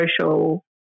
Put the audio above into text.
social